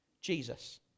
Jesus